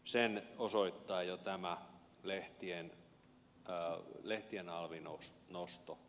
sen osoittaa jo tämä lehtien alvin nosto